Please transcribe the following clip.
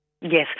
Yes